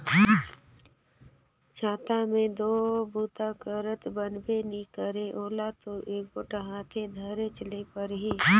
छाता मे दो बूता करत बनबे नी करे ओला दो एगोट हाथे धरेच ले परही